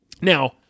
Now